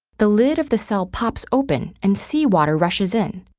the lid of the cell pops open and sea water rushes in.